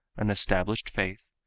an established faith,